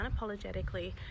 unapologetically